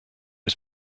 was